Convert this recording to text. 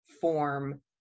form